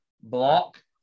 block